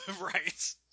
Right